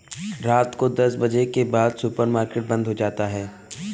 रात को दस बजे के बाद सुपर मार्केट बंद हो जाता है